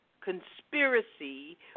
conspiracy